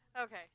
Okay